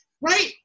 right